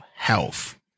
health